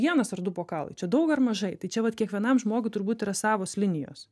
vienas ar du bokalai čia daug ar mažai tai čia vat kiekvienam žmogui turbūt yra savos linijos